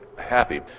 happy